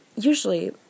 Usually